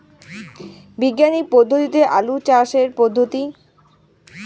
বিজ্ঞানিক পদ্ধতিতে আলু চাষের পদ্ধতি?